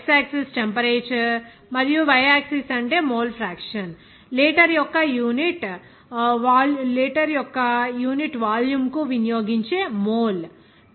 దీనిలో x axis temperature మరియు y axis అంటే మోల్ ఫ్రాక్షన్ లీటర్ యొక్క యూనిట్ వాల్యూమ్కు వినియోగించే మోల్